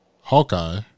Hawkeye